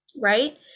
right